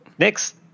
Next